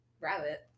rabbit